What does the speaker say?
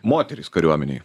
moterys kariuomenėj